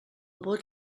vot